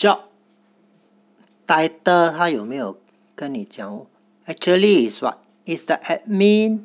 job title 他有没有跟你讲 actually is what is the admin